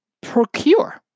procure